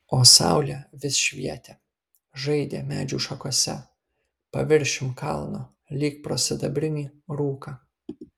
o saulė vis švietė žaidė medžių šakose paviršium kalno lyg pro sidabrinį rūką